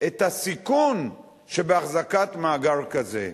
את הסיכון שבהחזקת מאגר כזה.